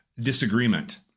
disagreement